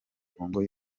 kongo